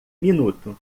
minuto